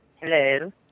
Hello